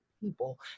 people